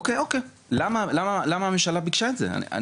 אוקיי, למה הממשלה ביקשה את זה?